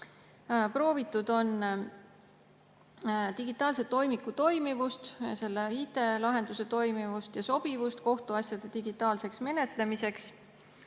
Proovitud on digitaalse toimiku toimivust, selle IT-lahenduse toimivust ja sobivust kohtuasjade digitaalseks menetlemiseks.